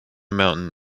mountain